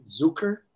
Zucker